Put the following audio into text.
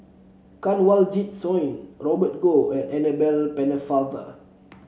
Kanwaljit Soin Robert Goh and Annabel Pennefather